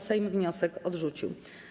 Sejm wniosek odrzucił.